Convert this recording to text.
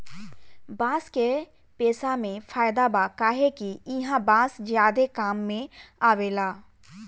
बांस के पेसा मे फायदा बा काहे कि ईहा बांस ज्यादे काम मे आवेला